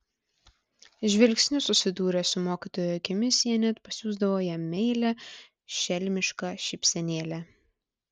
žvilgsniu susidūrę su mokytojo akimis jie net pasiųsdavo jam meilią šelmišką šypsenėlę